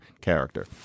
character